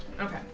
Okay